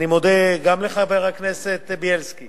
אני מודה גם לחבר הכנסת בילסקי